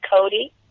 Cody